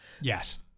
yes